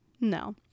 No